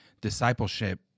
discipleship